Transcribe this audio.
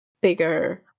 bigger